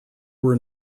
were